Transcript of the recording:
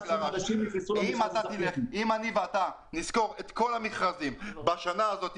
אם אני ואתה נסקור את כל המכרזים של נתיבי ישראל בשנה הזו,